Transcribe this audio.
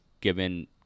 given